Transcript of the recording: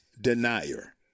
denier